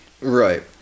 Right